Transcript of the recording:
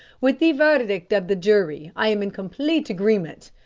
with the verdict of the jury i am in complete agreement.